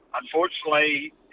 Unfortunately